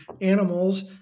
animals